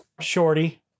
shorty